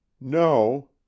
No